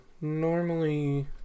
normally